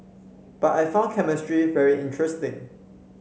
but I found chemistry very interesting